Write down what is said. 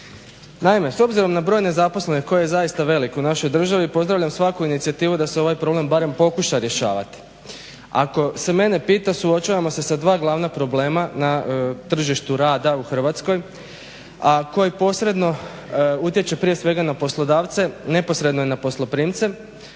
Naime, s obzirom na broj nezaposlenih koji je zaista velik u našoj državi pozdravljam svaku inicijativu da se ovaj problem barem pokuša rješavati. Ako se mene pita suočavamo se sa dva glavna problema na tržištu rada u Hrvatskoj, a koji posredno utječu prije svega na poslodavce, neposredno i na posloprimce,